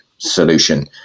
solution